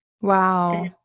Wow